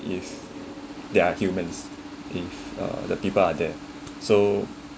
is they are human if uh the people are there so